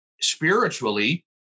spiritually